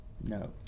No